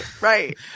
Right